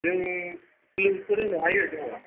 जोंनि दङ